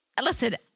Listen